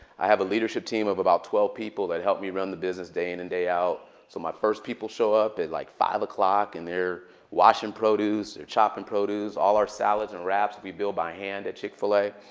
i have a leadership team of about twelve people that help me run the business day in and day out. so my first people show up at like five o'clock. and they're washing produce. they're chopping produce. all our salads and wraps we build by hand at chick-fil-a.